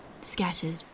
scattered